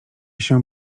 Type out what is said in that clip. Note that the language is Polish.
się